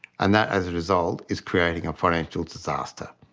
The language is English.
and that as a result is creating a financial disaster.